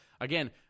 Again